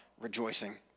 rejoicing